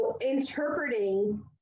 interpreting